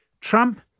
Trump